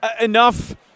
enough